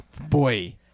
Boy